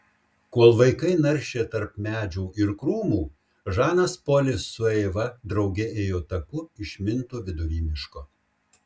kol vaikai naršė tarp medžių ir krūmų žanas polis su eiva drauge ėjo taku išmintu vidury miško